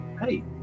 hey